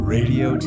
Radio